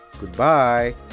goodbye